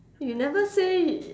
you never say